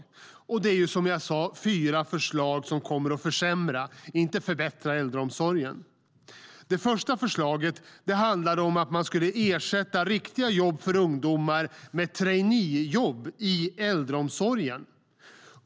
Som jag sa är det fyra förslag som kommer att försämra, inte förbättra, äldreomsorgen. Det första förslaget handlade om att man skulle ersätta riktiga jobb för ungdomar med traineejobb i äldreomsorgen.